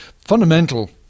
fundamental